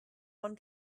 one